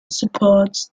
supports